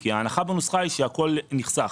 כי ההנחה בנוסחה היא שהכול נחסך.